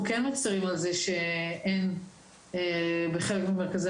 אנחנו כאן מצרים על כך שאין בחלק ממרכזי